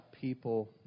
people